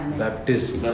baptism